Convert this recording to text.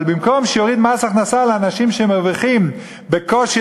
אבל במקום שהוא יוריד מס הכנסה לאנשים שמרוויחים בקושי,